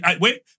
Wait